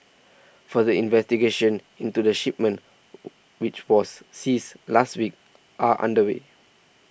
further investigations into the shipment which was seized last week are underway